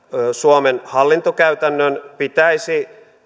suomen hallintokäytännön pitäisi